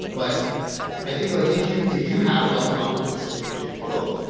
but i think like if you if you have a lot of confidence as something will change the world,